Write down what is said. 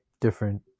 different